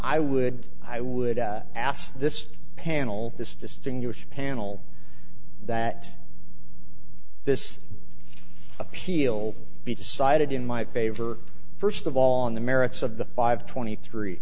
i would i would have asked this panel this distinguished panel that this appeal be decided in my favor first of all on the merits of the five twenty three